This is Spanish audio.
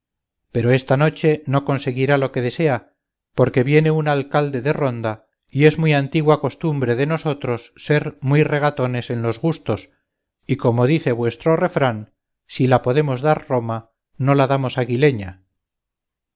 pero esta noche no conseguirá lo que desea porque viene un alcalde de ronda y es muy antigua costumbre de nosotros ser muy regatones en los gustos y como dice vuestro refrán si la podemos dar roma no la damos aguileña